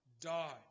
died